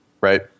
right